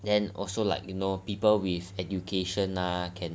then also like you know people with education lah can